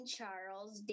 Charles